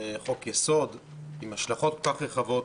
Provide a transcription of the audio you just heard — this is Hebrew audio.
חוק יסוד עם השלכות כל כך רחבות,